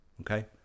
okay